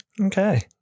okay